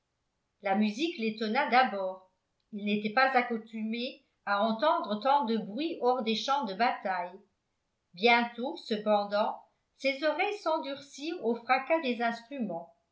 la musique l'étonna d'abord il n'était pas accoutumé à entendre tant de bruit hors des champs de bataille bientôt cependant ses oreilles s'endurcirent au fracas des instruments